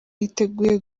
yiteguye